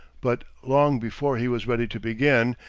but long before he was ready to begin,